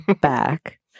back